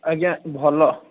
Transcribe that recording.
ଆଜ୍ଞା ଭଲ